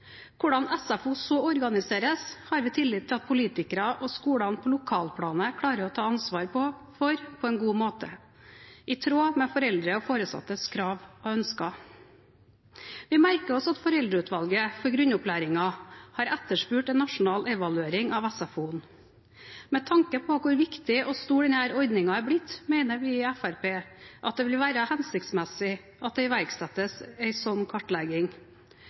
hvordan SFO så organiseres, har vi tillit til at politikerne og skolene på lokalplanet klarer å ta ansvar for det på en god måte, i tråd med foreldre og foresattes krav og ønsker. Vi merker oss at Foreldreutvalget for grunnopplæringen har etterspurt en nasjonal evaluering av SFO. Med tanke på hvor viktig og stor denne ordningen er blitt, mener vi i Fremskrittspartiet at det vil være hensiktsmessig at det iverksettes en slik kartlegging,